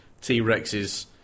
T-Rexes